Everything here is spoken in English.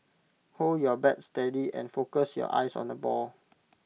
hold your bat steady and focus your eyes on the ball